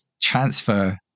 transfer